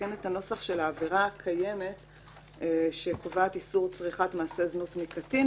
שמתקן את הנוסח של העבירה הקיימת שקובעת איסור צריכת מעשה זנות מקטין,